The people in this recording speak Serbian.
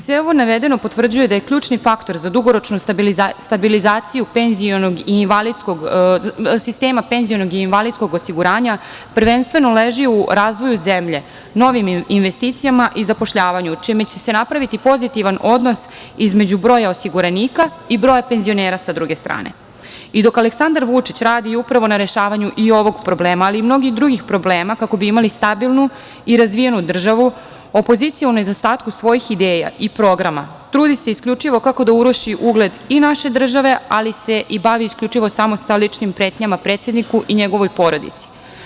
Sve ovo navedeno potvrđuje da je ključni faktor za dugoročnu stabilizaciju sistema PIO prvenstveno leži u razvoju zemlje, novim investicijama i zapošljavanju čime će se napraviti pozitivan odnos između broja osiguranika i broja penzionera sa druge strane i dok Aleksandar Vučić radi upravo i na rešavanju i ovog problema, ali i mnogih drugih problema kako bi imali stabilnu i razvijenu državu opozicija u nedostatku svojih ideja i programa trudi se isključivo kako da uruši ugled i naše države, ali se i bavi isključivo samo sa ličnim pretnjama predsedniku i njegovoj porodici.